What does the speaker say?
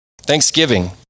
Thanksgiving